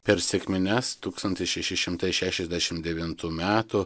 per sekmines tūkstantis šeši šimtai šešiasdešimt devintų metų